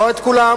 לא את כולם,